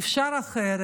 אפשר אחרת.